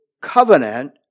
covenant